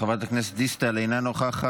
חברת הכנסת דיסטל, אינה נוכחת.